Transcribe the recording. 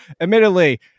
admittedly